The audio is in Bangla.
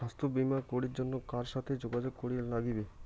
স্বাস্থ্য বিমা করির জন্যে কার সাথে যোগাযোগ করির নাগিবে?